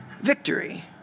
victory